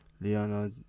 Liana